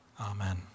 Amen